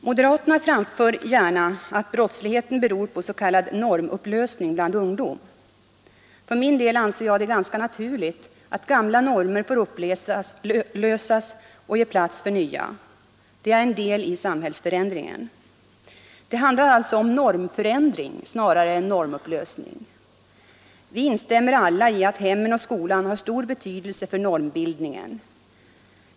Moderaterna framför gärna tanken att brottslighet beror på s.k. normupplösning bland ungdom. För min del anser jag det ganska naturligt att gamla normer får upplösas och ge plats för nya. Det är en del i samhällsförändringen. Det handlar alltså om normförändring snarare än om normupplösning. Vi instämmer alla i att hemmen och skolan har stor betydelse för normbildningen.